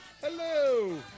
Hello